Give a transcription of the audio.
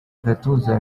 agatuza